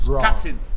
captain